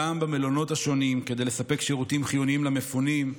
במלונות השונים כדי לספק שירותים חיוניים למפונים,